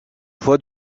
fois